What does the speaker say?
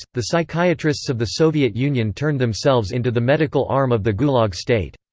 the psychiatrists of the soviet union turned themselves into the medical arm of the gulag state.